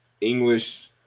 English